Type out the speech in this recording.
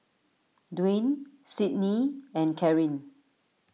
Dwayne Cydney and Caryn